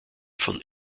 von